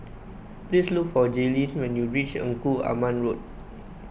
please look for Jailyn when you reach Engku Aman Road